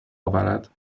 آورد